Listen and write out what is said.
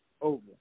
over